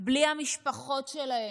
בלי המשפחות שלהם.